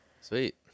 Sweet